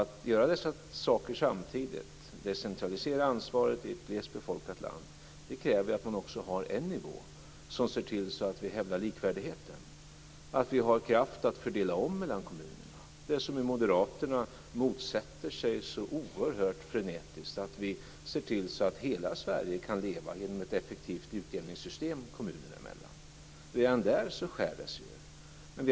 Att göra dessa saker samtidigt - att decentralisera ansvaret i ett glest befolkat land - kräver att man också har en nivå som ser till att vi hävdar likvärdigheten, att vi har kraft att fördela om mellan kommunerna. Moderaterna motsätter sig oerhört frenetiskt att vi ser till att hela Sverige kan leva genom ett effektivt utjämningssystem kommunerna emellan. Redan där skär det sig.